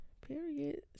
period